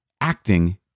acting